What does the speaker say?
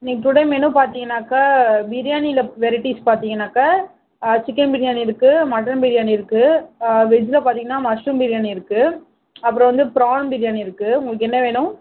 இன்னைக்கு today menu பார்த்தீங்கன்னாக்கா பிரியாணியில் வெரைட்டீஸ் பார்த்தீங்கன்னாக்கா சிக்கன் பிரியாணி இருக்குது மட்டன் பிரியாணி இருக்குது வெஜ்ஜில் பார்த்தீங்கன்னா மஷ்ரூம் பிரியாணி இருக்குது அப்புறம் வந்து ப்ரான் பிரியாணி இருக்குது உங்களுக்கு என்ன வேணும்